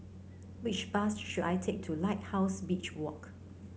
which bus should I take to Lighthouse Beach Walk